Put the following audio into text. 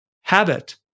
habit